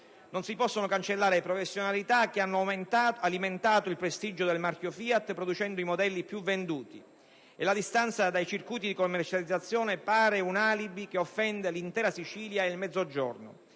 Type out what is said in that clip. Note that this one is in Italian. Non si possono cancellare professionalità che hanno alimentato il prestigio del marchio FIAT producendo i modelli più venduti; e la distanza dai circuiti di commercializzazione pare un alibi che offende l'intera Sicilia e il Mezzogiorno.